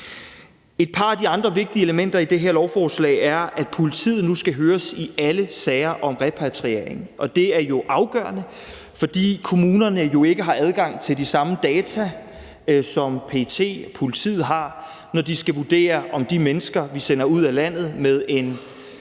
Et par af de andre vigtige elementer i det her lovforslag er, at politiet nu skal høres i alle sager om repatriering. Og det er afgørende, fordi kommunerne jo ikke har adgang til de samme data, som PET og politiet har, når de skal vurdere, om de mennesker, vi sender ud af landet med en